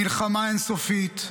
מלחמה אין-סופית.